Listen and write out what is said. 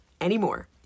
anymore